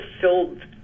filled